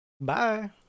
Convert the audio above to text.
Bye